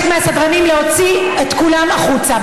טוב, אני מבקשת מהסדרנים להוציא את כולם החוצה.